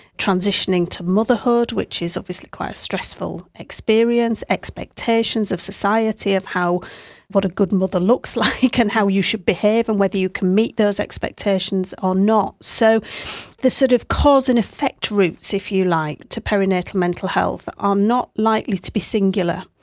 transitioning to motherhood, which is obviously quite a stressful experience, expectations of society of what a good mother looks like and how you should behave and whether you can meet those expectations or not. so the sort of cause-and-effect routes, if you like, to perinatal mental health are not likely to be singular,